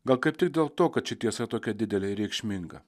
gal kaip tik dėl to kad ši tiesa tokia didelė ir reikšminga